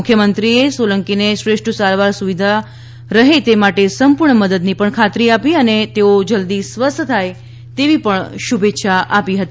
મુખ્યમંત્રીએ સોલંકીને શ્રેષ્ઠ સારવાર સુવિધા રહે તે માટે સંપુર્ણ મદદની ખાતરી આપી છે અને તેઓ જલ્દી સ્વસ્થ થાય તેવી શુભેચ્છા આપી હતી